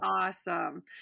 awesome